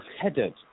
headed